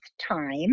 time